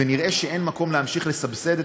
ונראה שאין מקום להמשיך לסבסד את